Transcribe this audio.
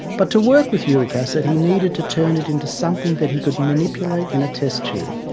but to work with uric acid he needed to turn it into something that he could manipulate in a test tube.